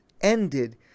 ended